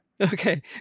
Okay